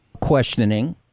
questioning